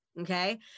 Okay